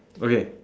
okay